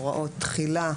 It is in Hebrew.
הוראות תחילה,